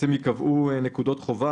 ייקבעו נקודות חובה.